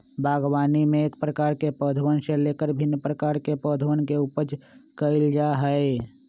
बागवानी में एक प्रकार के पौधवन से लेकर भिन्न प्रकार के पौधवन के उपज कइल जा हई